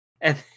and-